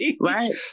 Right